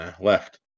left